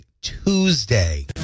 Tuesday